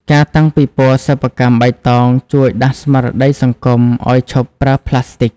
ការតាំងពិព័រណ៍សិប្បកម្មបៃតង ជួយដាស់ស្មារតីសង្គមឱ្យឈប់ប្រើផ្លាស្ទិក។